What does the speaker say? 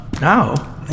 Now